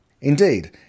Indeed